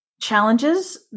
challenges